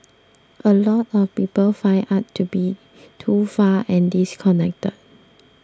a lot of people find art to be too far and disconnected